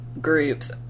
groups